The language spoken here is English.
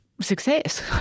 success